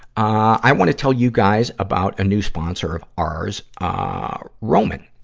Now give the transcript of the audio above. i wanna tell you guys about a new sponsor of ours ah roman.